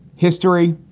history,